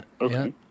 okay